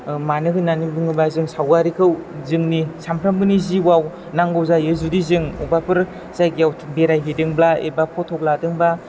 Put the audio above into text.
मानो होननानै बुङोबा जों सावगारिखौ जोंनि सानफ्रामबोनि जिउआव नांगौ जायो जुदि जों अबाफोर जायगायाव बेराय हैदोंब्ला एबा फथक लादोंबा